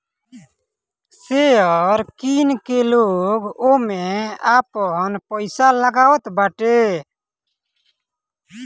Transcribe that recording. share किन के लोग ओमे आपन पईसा लगावताटे